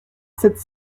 sept